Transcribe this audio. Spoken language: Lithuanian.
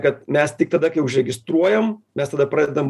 kad mes tik tada kai užregistruojam mes tada pradedam